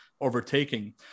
overtaking